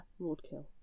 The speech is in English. roadkill